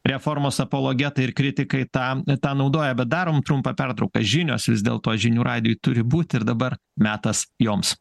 reformos apologetai ir kritikai tam tą naudoja bet darom trumpą pertrauką žinios vis dėlto žinių radijuj turi būti ir dabar metas joms